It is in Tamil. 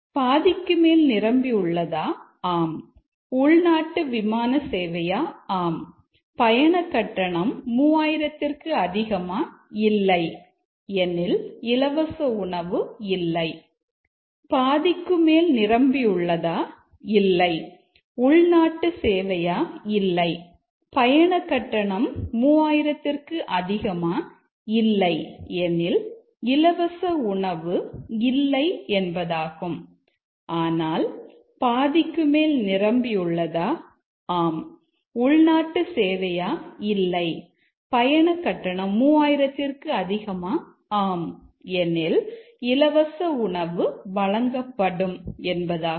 பாதிக்குமேல் நிரம்பியுள்ளதா ஆம் உள்நாட்டு சேவையா ஆம் பயணக்கட்டணம் 3000 இல்லை எனில் இலவச உணவு இல்லை பாதிக்குமேல் நிரம்பியுள்ளதா இல்லை உள்நாட்டு சேவையா இல்லை பயண கட்டணம் 3000 இல்லை எனில் இலவச உணவு இல்லை என்பதாகும் ஆனால் பாதிக்குமேல் நிரம்பியுள்ளதா ஆம் உள்நாட்டு சேவையா இல்லை பயணக்கட்டணம் 3000 ற்கு அதிகமா ஆம் எனில் இலவச உணவு வழங்கப்படும் என்பதாகும்